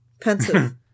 pensive